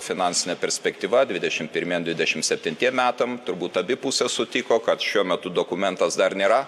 finansine perspektyva dvidešim pirmiem dvidešim septintiem metam turbūt abi pusės sutiko kad šiuo metu dokumentas dar nėra